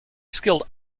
skilled